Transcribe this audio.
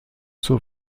zur